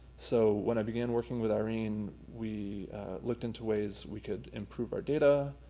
so when i began working with irene we looked into ways we could improve our data.